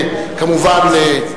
כמובן,